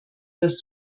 das